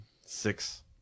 six